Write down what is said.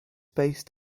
based